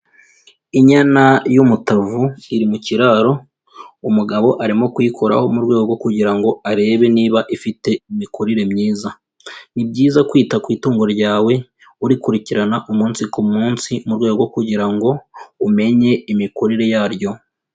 Inyana y'umutavu iri mu kiraro, umugabo arimo kuyikoraho, mu rwego kugira ngo arebe niba ifite imikurire myiza. Ni byiza kwita ku itungo ryawe, urikurikirana umunsi ku munsi mu rwego kugira ngo umenye imikurire yaryo.